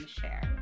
share